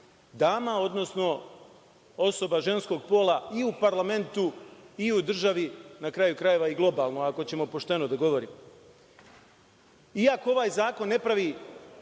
dama, odnosno osoba ženskog pola i u parlamentu i u državi, na kraju krajeva i globalno, ako ćemo pošteno da govorimo. Iako ovaj zakon ne pravi